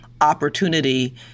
opportunity